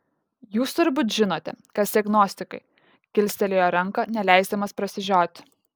jūs turbūt žinote kas tie gnostikai kilstelėjo ranką neleisdamas prasižioti